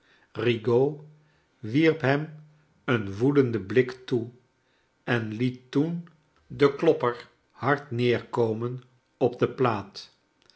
rigaud wierp hem een woedenden blik toe en liet toen den klopper hard neerkomen op de plaat